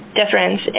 difference